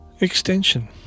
Extension